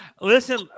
listen